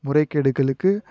முறைகேடுகளுக்கு